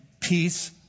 peace